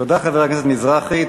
תודה, חבר הכנסת מזרחי.